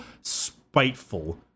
spiteful